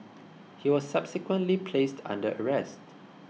he was subsequently placed under arrest